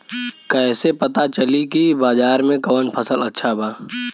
कैसे पता चली की बाजार में कवन फसल अच्छा बा?